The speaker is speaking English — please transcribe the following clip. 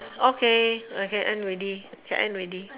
okay can end already can end already